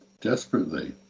desperately